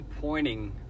pointing